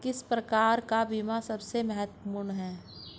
किस प्रकार का बीमा सबसे महत्वपूर्ण है?